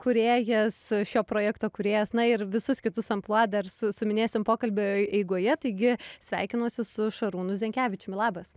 kūrėjas šio projekto kūrėjas na ir visus kitus amplua dar su suminėsim pokalbio eigoje taigi sveikinuosi su šarūnu zinkevičiumi labas